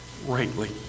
rightly